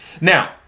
Now